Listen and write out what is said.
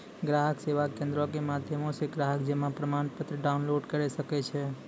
ग्राहक सेवा केंद्रो के माध्यमो से ग्राहक जमा प्रमाणपत्र डाउनलोड करे सकै छै